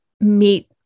meet